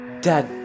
Dad